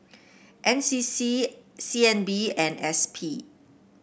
N C C C N B and S P